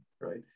right